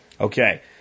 Okay